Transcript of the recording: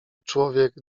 człowiek